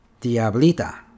Diablita